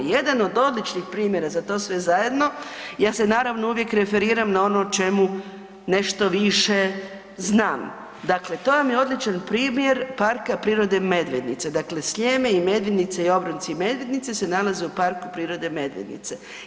Jedan od odličnih primjera za to sve zajedno, ja se naravno uvijek referiram na ono o čemu nešto više znam, dakle to vam je odličan primjer Parka prirode „Medvednica“, dakle „Sljeme“ i „Medvednice“ i obronci „Medvednice“ se nalaze u Parku prirode „Medvednice“